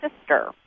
sister